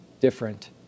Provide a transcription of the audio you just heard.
different